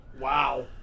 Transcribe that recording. Wow